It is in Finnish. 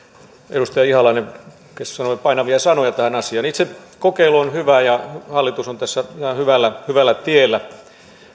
edustaja ihalainen sanoi painavia sanoja tähän asiaan itse kokeilu on hyvä ja hallitus on tässä ihan hyvällä hyvällä tiellä